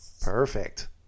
Perfect